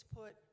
put